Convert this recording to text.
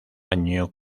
año